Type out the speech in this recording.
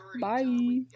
bye